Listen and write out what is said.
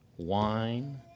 wine